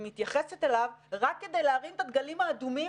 מתייחסת אליו רק כדי להרים את הדגלים האדומים